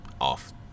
off